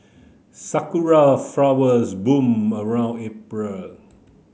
sakura flowers bloom around April